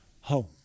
home